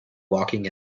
walking